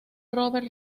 robert